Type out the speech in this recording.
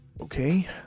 okay